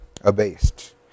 abased